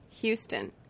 Houston